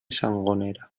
sangonera